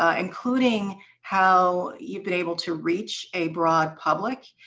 ah including how you've been able to reach a broad public.